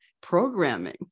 programming